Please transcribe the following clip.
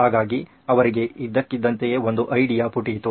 ಹಾಗಾಗಿ ಅವರಿಗೆ ಇದ್ದಕ್ಕಿದ್ದಂತೆ ಒಂದು ಐಡಿಯಾ ಪುಟಿಯಿತು